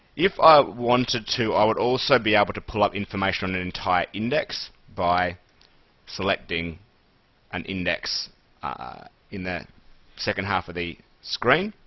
if i wanted to, i would also be able to pull up information on an entire index by selecting an index in the second half of the screen.